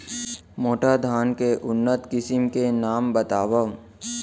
मोटा धान के उन्नत किसिम के नाम बतावव?